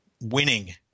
winning